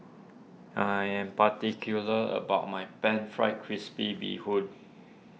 I am particular about my Pan Fried Crispy Bee Hoon